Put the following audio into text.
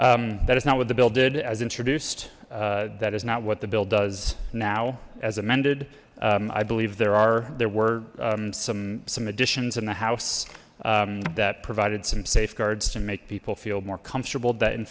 that is not what the bill did as introduced that is not what the bill does now as amended i believe there are there were some some additions in the house that provided some safeguards to make people feel more comfortable that in